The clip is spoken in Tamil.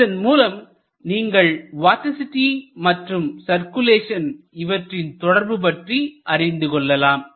இதன் மூலம் நீங்கள் வார்டிசிட்டி மற்றும் சர்க்குலேஷன் இவற்றின் தொடர்பு பற்றி அறிந்து கொள்ளலாம்